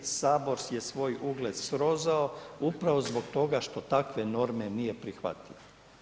Sabor je svoj ugled srozao upravo zbog toga što takve norme nije prihvatio.